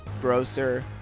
Grocer